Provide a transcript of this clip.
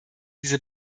diese